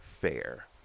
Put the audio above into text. fair